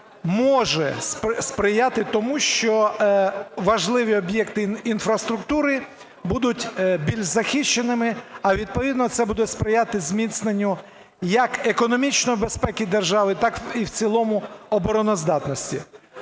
може сприяти тому, що важливі об'єкти інфраструктури будуть більш захищеними, а відповідно це буде сприяти зміцненню, як економічної безпеки держави, так і в цілому обороноздатності.